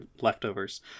leftovers